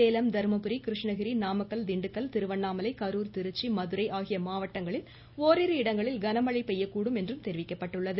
சேலம் தருமபுரி கிருஷ்ணகிரி நாமக்கல் திண்டுக்கல் திருவண்ணாமலை கரூர் திருச்சி மதுரை ஆகிய மாவட்டங்களில் ஓரிரு இடங்களில் கனமழை பெய்யக்கூடும் என்றும் தெரிவிக்கப்பட்டுள்ளது